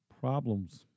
problems